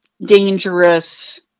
dangerous